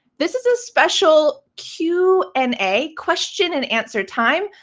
this is a special q and a, question and answer, time.